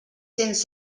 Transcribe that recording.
cents